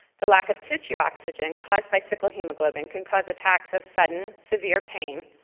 the lack of tissue oxygen caused by sickle hemoglobin can cause attacks of sudden, severe pain,